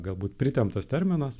galbūt pritemptas terminas